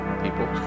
people